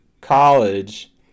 College